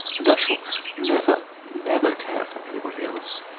and i shall never, never care for anybody else.